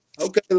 Okay